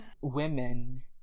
women